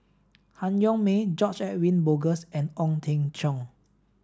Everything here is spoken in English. Han Yong May George Edwin Bogaars and Ong Teng Cheong